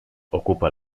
ocupa